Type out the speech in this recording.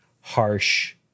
harsh